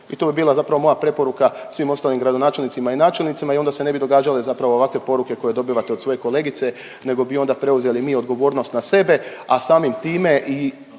i to bi bila zapravo moja preporuka svim ostalim gradonačelnicima i načelnicima i onda se ne bi događale zapravo ovakve poruke koje dobivate od svoje kolegice nego bi onda preuzeli mi odgovornost na sebe, a samim time i